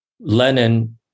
Lenin